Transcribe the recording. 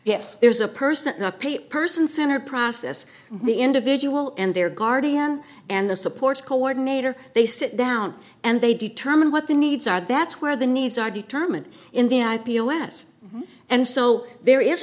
yes there's a person pay person center process the individual and their guardian and the support coordinator they sit down and they determine what the needs are that's where the needs are determined in the i p o s and so there is